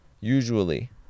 Usually